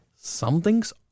something's